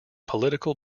political